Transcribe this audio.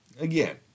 again